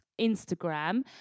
Instagram